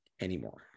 anymore